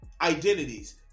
identities